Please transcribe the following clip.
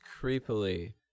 creepily